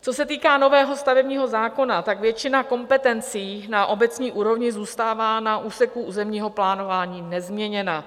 Co se týká nového stavebního zákona, tak většina kompetencí na obecní úrovni zůstává na úseku územního plánování nezměněna.